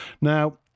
Now